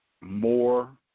more